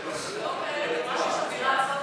אני רואה שיש אווירת סוף קורס.